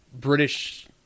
British